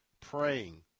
praying